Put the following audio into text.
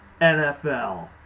NFL